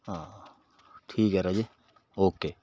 ਹਾਂ ਠੀਕ ਹੈ ਰਾਜੇ ਓਕੇ